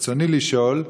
ברצוני לשאול: